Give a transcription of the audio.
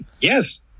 Yes